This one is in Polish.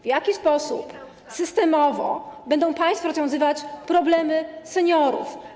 w jaki sposób systemowo będą państwo rozwiązywać problemy seniorów.